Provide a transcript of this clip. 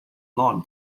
lawn